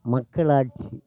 மக்கள் ஆட்சி